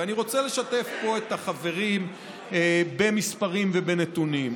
ואני רוצה לשתף פה את החברים במספרים ובנתונים.